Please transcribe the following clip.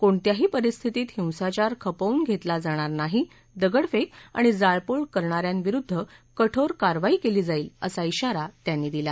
कोणत्याही परिस्थितीत हिंसाचार खपवून घेतला जाणार नाही दगडफेक आणि जाळपोळ करणाऱ्यांविरुद्ध कठोर कारवाई केली जाईल असा खाारा त्यांनी दिला